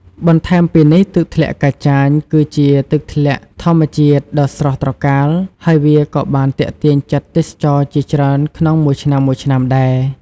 បន្ថែមពីនេះទឹកធ្លាក់កាចាញ គឺជាទឹកធ្លាក់ធម្មជាតិដ៏ស្រស់ត្រកាល ហើយវាក៏បានទាក់ទាញចិត្តទេសចរជាច្រើនក្នុងមួយឆ្នាំៗដែរ។